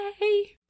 Yay